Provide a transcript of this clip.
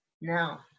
no